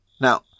Now